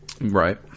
Right